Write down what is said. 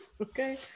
Okay